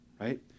Right